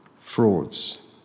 frauds